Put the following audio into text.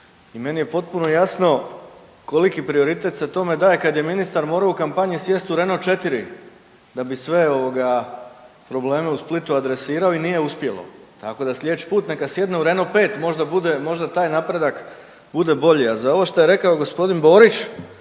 i meni je potpuno jasno koliki prioritet se tome daje kad je ministar morao u kampanji sjest u Renault 4 da bi sve ovoga probleme u Splitu adresirao i nije uspjelo, tako da slijedeći put neka sjedne u Renault 5, možda bude, možda taj napredak bude bolji. A za ovo što je rekao g. Borić,